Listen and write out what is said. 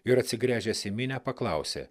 ir atsigręžęs į minią paklausė